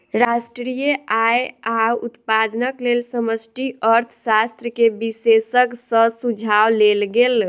राष्ट्रीय आय आ उत्पादनक लेल समष्टि अर्थशास्त्र के विशेषज्ञ सॅ सुझाव लेल गेल